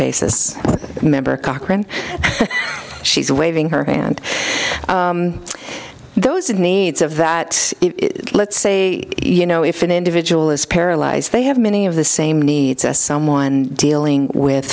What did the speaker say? cochrane she's waving her hand those that needs of that let's say you know if an individual is paralyzed they have many of the same needs as someone dealing with